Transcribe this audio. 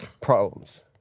problems